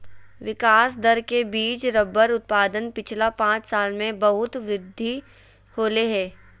विकास दर के बिच रबर उत्पादन पिछला पाँच साल में बहुत वृद्धि होले हें